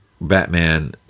Batman